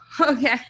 okay